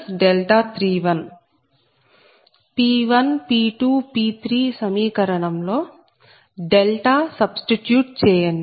P1P2P3 సమీకరణంలో substitute చేయండి